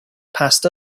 passed